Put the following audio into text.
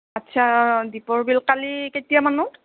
আচ্ছা দীপৰ বিল কালি কেতিয়া মানত